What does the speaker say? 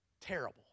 Terrible